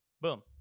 Boom